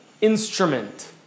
instrument